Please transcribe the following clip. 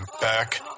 back